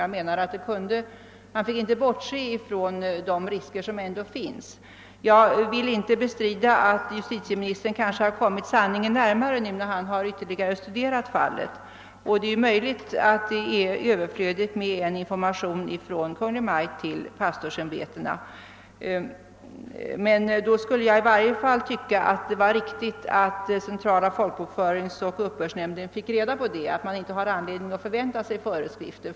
Riksdagen ansåg att det inte går att bortse från de risker som ändå finns. Jag vill inte bestrida att justitieministern kan ha kommit sanningen närmare när han ytterligare studerat fallet, och det är möjligt att det är överflödigt med en information från Kungl. Maj:t till pastorsämbetena. I så fall tycker jag emellertid att det vore riktigt att centrala folkbokföringsoch uppbördsnämnden fick reda på att det inte finns anledning att förvänta föreskrifter.